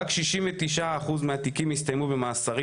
רק 69 אחוז מהתיקים הסתיימו במאסרים,